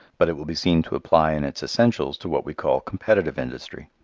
but it will be seen to apply in its essentials to what we call competitive industry.